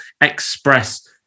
express